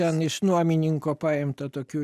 ten iš nuomininko paimta tokių